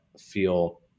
feel